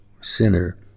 sinner